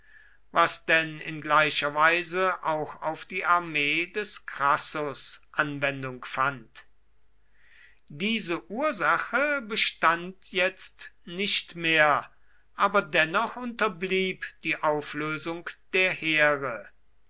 was denn in gleicher weise auch auf die armee des crassus anwendung fand diese ursache bestand jetzt nicht mehr aber dennoch unterblieb die auflösung der heere